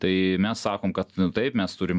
tai mes sakom kad taip mes turim